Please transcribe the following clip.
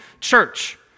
church